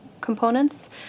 components